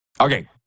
Okay